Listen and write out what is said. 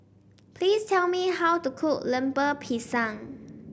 please tell me how to cook Lemper Pisang